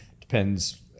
depends